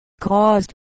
caused